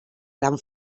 gran